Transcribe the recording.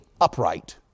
upright